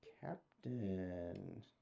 captain